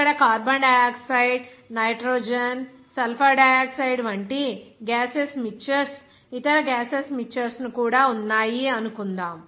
ఇక్కడ carbon dioxide nitrogen sulphur dioxide వంటి gases mixtures ఇతర గ్యాసెస్ మిక్చర్స్ ను కూడా ఉన్నాయి అనుకుందాం